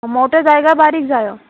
मोटो जाय गाय बारीक जायो